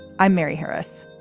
i'm mary harris.